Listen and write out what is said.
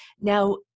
Now